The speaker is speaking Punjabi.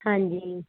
ਹਾਂਜੀ